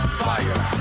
fire